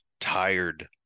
tired